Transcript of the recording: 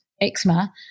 eczema